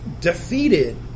defeated